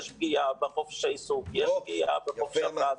יש פגיעה בחופש העיסוק ויש פגיעה בחופש הפרט.